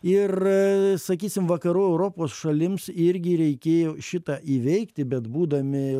ir sakysime vakarų europos šalims irgi reikėjo šitą įveikti bet būdami